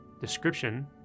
description